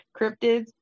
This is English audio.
cryptids